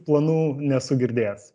planų nesu girdėjęs